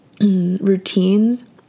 routines